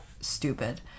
stupid